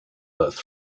earth